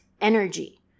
energy